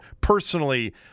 Personally